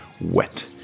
wet